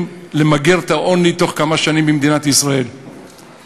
למגר את העוני במדינת ישראל בתוך כמה שנים.